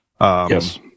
Yes